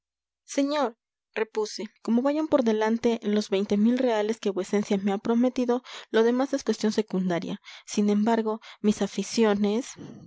señor repuse como vayan por delante los veinte mil reales que vuecencia me ha prometido lo demás es cuestión secundaria sin embargo mis aficiones